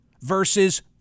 versus